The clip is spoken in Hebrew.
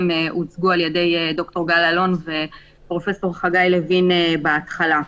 שהוצגו על ידי ד"ר גל אלון ופרופ' חגי לוין בהתחלת הדיון.